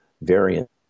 variant